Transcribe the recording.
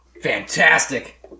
Fantastic